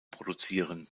produzieren